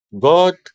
God